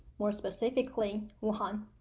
more specifically, wuhan.